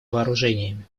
вооружениями